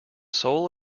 soul